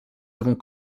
avons